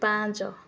ପାଞ୍ଚ